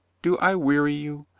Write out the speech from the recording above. do i weary you?